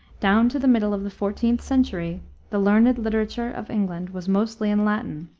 down to the middle of the fourteenth century the learned literature of england was mostly in latin,